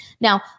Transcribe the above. Now